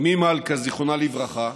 אימי מלכה, זיכרונה לברכה,